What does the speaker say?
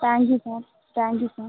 thank you sir thank you sir